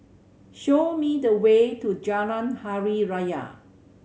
show me the way to Jalan Hari Raya